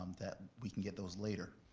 um that we can get those later.